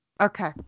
Okay